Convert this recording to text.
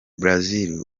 brazil